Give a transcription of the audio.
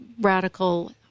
radical